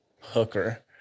hooker